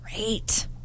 great